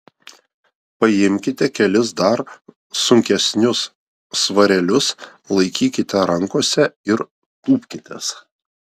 paimkite kelis dar sunkesnius svarelius laikykite rankose ir tūpkitės